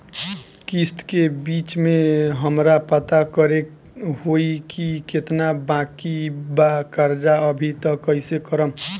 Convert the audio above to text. किश्त के बीच मे हमरा पता करे होई की केतना बाकी बा कर्जा अभी त कइसे करम?